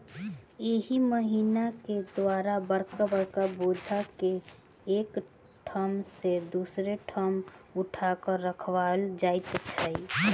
एहि मशीन के द्वारा बड़का बड़का बोझ के एक ठाम सॅ दोसर ठाम उठा क राखल जाइत अछि